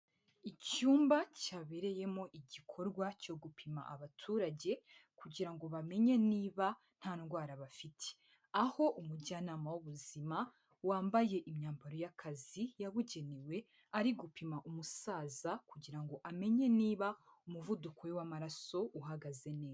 Icyumba cyabereyemo igikorwa cyo gupima abaturage kugira ngo bamenye niba nta ndwara bafite, aho umujyanama w'ubuzima wambaye imyambaro y'akazi yabugenewe, ari gupima umusaza kugira ngo amenye niba umuvuduko we w'amaraso uhagaze neza.